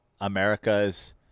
America's